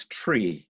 tree